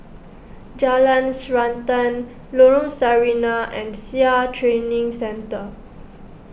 Jalan Srantan Lorong Sarina and Sia Training Centre